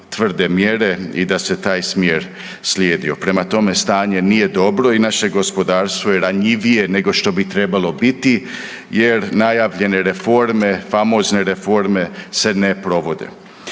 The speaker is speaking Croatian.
tvrde mjere i da se taj smjer slijedio. Prema tome, stanje nije dobro i naše gospodarstvo je ranjivije nego što bi trebalo biti, jer najavljene reforme, famozne reforme se ne provode.